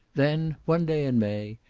then, one day in may,